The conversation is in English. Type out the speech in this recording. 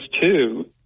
two